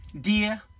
dear